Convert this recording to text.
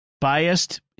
biased